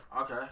okay